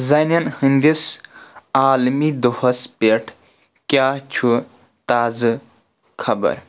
زنیٚن ہٕندِس عالمی دۄہس پٮ۪ٹھ کیٛاہ چھُ تازٕ خبر